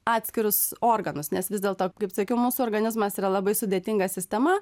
atskirus organus nes vis dėl to kaip sakiau mūsų organizmas yra labai sudėtinga sistema